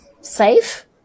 safe